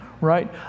right